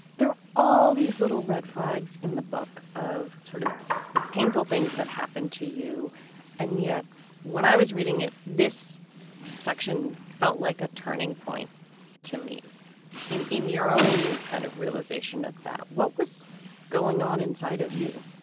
there are all these little red flags in the book of sort of painful things that happened to you and yet when i was reading it, this section felt like a turning point to me in in your own kind of realization of that, what was going on inside of you?